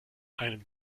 einen